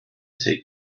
take